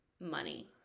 money